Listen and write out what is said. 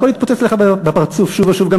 הכול התפוצץ לך בפרצוף שוב ושוב.